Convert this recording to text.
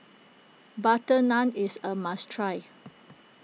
Butter Naan is a must try